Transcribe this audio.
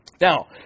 Now